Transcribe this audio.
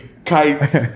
kites